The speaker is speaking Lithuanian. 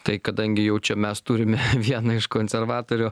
tai kadangi jau čia mes turime vieną iš konservatorių